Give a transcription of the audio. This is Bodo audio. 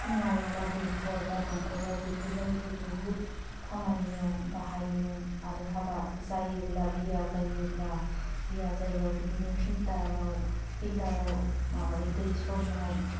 खुंआयाव बा दैखर बा दमखलाव बेफोरबायदि बुहुत खामानियाव बाहायोमोन आरो हाबा जायोब्ला बिया जायोब्ला बियो जायोबा बिदिनो फिल्टाराव फिल्टाराव माबायो दै सरनाय